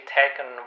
taken